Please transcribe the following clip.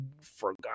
forgot